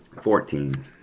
fourteen